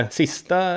sista